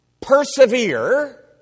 persevere